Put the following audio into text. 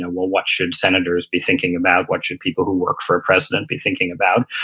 ah well what should senators be thinking about what should people who work for a president be thinking about?